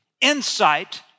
insight